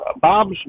Bob's